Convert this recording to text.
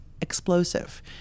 explosive